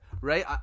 right